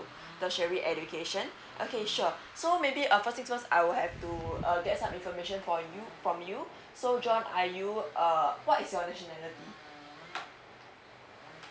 tertiary education okay sure so maybe uh first thing first I would have to uh get some information for you from you so john are you uh what is your nationality